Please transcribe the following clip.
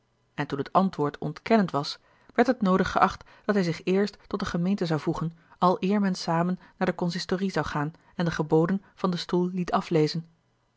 en toen het antwoord ontkennend was werd het noodig geacht dat hij zich eerst tot de gemeente zou voegen aleer men samen naar de consistorie zou gaan en de geboden van den stoel liet aflezen